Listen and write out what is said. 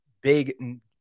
big